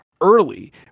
early